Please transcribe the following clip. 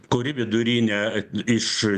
kuri vidurinė iš